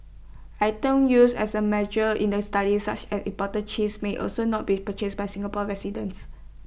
items used as A measure in the study such as imported cheese may also not be purchased by Singapore residents